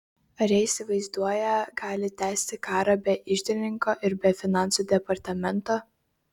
ar jie įsivaizduoją galį tęsti karą be iždininko ir be finansų departamento